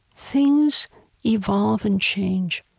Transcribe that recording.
things evolve and change.